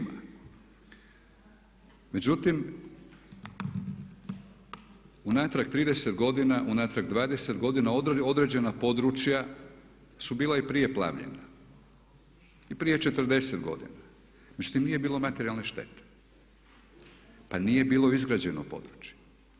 Međutim, unatrag 30 godina, unatrag 20 godina određena područja su bila i prije plavljena i prije 40 godina, međutim nije bilo materijalne štete, pa nije bilo izgrađeno područje.